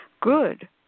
good